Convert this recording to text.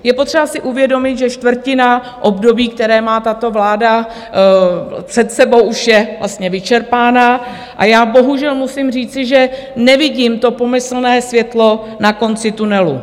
Je potřeba si uvědomit, že čtvrtina období, které má tato vláda před sebou, už je vlastně vyčerpána, a já bohužel musím říci, že nevidím to pomyslné světlo na konci tunelu.